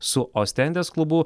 su ostendės klubu